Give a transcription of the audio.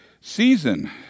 season